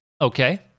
Okay